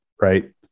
Right